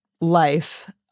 life